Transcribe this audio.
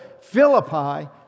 Philippi